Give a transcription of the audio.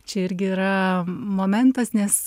čia irgi yra momentas nes